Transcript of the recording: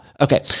Okay